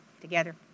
together